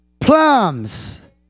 plums